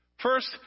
First